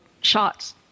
shots